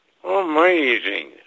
Amazing